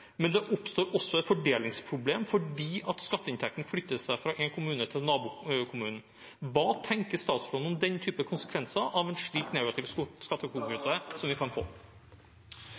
det oppstår også et fordelingsproblem fordi skatteinntekten flytter seg fra én kommune til nabokommunen. Hva tenker statsråden om den typen konsekvenser av en slik negativ skattekonkurranse som vi kan få?